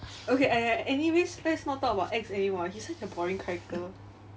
okay uh anyways let's not talk about X anymore he's a boring character